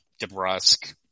Debrusque